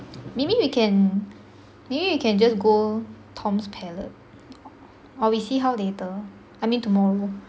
maybe we can maybe we can just go Tom's palette or we say how later I mean tomorrow